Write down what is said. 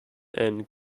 end